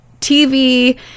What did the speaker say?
TV